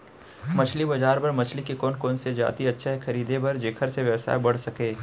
मछली बजार बर मछली के कोन कोन से जाति अच्छा हे खरीदे बर जेकर से व्यवसाय बढ़ सके?